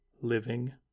living